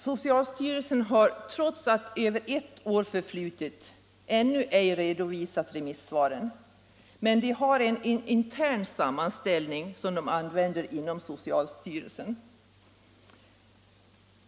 Socialstyrelsen har trots att över ett år förflutit ännu ej redovisat remissvaren, men det finns en intern sammanställning som används inom socialstyrelsen.